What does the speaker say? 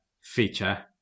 feature